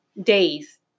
days